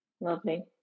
Lovely